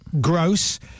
Gross